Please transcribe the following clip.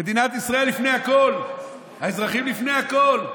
מדינת ישראל לפני הכול, האזרחים לפני הכול.